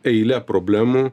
eile problemų